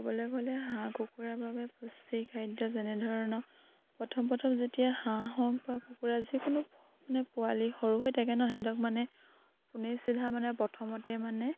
ক'বলৈ গ'লে হাঁহ কুকুৰাৰ বাবে পুষ্টি খাদ্য যেনেধৰণৰ প্ৰথম প্ৰথম যেতিয়া হাঁহ হওক বা কুকুৰা যিকোনো মানে পোৱালি সৰু হৈ থাকে ন সিহঁতক মানে পোনে চিধা মানে প্ৰথমতে মানে